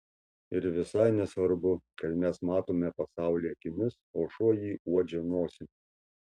ir visai nesvarbu kad mes matome pasaulį akimis o šuo jį uodžia nosim